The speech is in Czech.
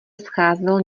scházelo